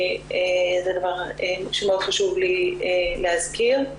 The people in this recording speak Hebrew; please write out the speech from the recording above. זה דבר שמאוד חשוב לי להזכיר.